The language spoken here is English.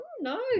no